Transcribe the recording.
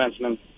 defenseman